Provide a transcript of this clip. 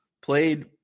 played